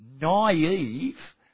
naive